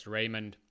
Raymond